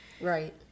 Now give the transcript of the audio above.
Right